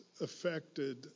affected